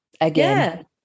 again